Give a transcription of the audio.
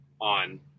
on